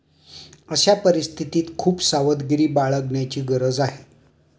अशा परिस्थितीत खूप सावधगिरी बाळगण्याची गरज आहे